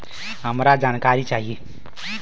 हमका जानकारी चाही?